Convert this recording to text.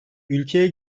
ülkeye